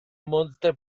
molte